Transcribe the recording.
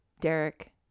Derek